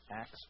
Acts